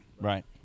Right